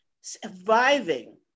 surviving